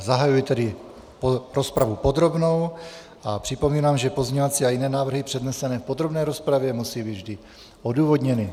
Zahajuji tedy rozpravu podrobnou a připomínám, že pozměňovací a jiné návrhy přednesené v podrobné rozpravě musí být vždy odůvodněny.